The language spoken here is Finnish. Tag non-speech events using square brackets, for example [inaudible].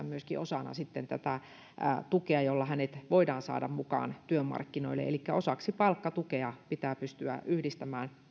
[unintelligible] myöskin käyttää osana tukea jolla hänet voidaan saada mukaan työmarkkinoille elikkä osaksi palkkatukea pitää pystyä yhdistämään